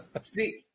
Speak